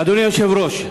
אדוני היושב-ראש,